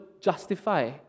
justify